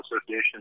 association